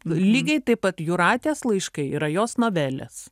lygiai taip pat jūratės laiškai yra jos novelės